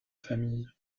famille